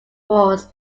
force